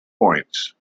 points